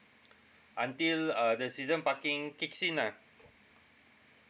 until uh the season parking kicks in [Iah]